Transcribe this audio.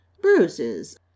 bruises